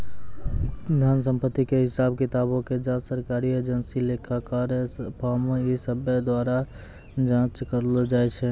धन संपत्ति के हिसाब किताबो के जांच सरकारी एजेंसी, लेखाकार, फर्म इ सभ्भे द्वारा जांच करलो जाय छै